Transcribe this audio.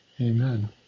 Amen